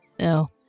No